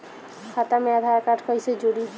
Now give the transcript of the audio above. खाता मे आधार कार्ड कईसे जुड़ि?